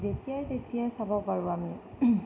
যেতিয়াই তেতিয়াই চাব পাৰোঁ আমি